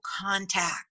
contact